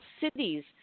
cities